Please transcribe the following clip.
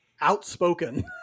outspoken